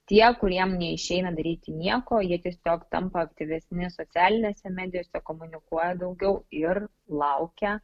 tie kuriem neišeina daryti nieko jie tiesiog tampa aktyvesni socialinėse medijose komunikuoja daugiau ir laukia